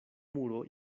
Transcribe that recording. muro